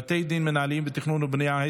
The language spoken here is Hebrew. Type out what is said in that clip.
בתי דין מינהליים ותכנון ובנייה),